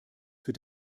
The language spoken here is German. für